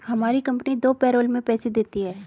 हमारी कंपनी दो पैरोल में पैसे देती है